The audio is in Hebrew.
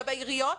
העיריות